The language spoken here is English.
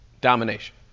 Domination